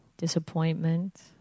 disappointment